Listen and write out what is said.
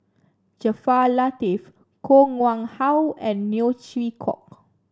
Jaafar Latiff Koh Nguang How and Neo Chwee Kok